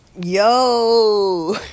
yo